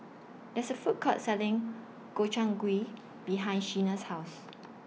There IS A Food Court Selling Gobchang Gui behind Shena's House